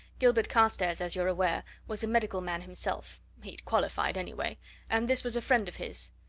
gilbert carstairs, as you're aware, was a medical man himself he'd qualified, anyway and this was a friend of his.